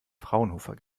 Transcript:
fraunhofer